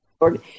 Lord